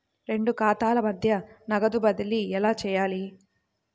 రెండు ఖాతాల మధ్య నగదు బదిలీ ఎలా చేయాలి?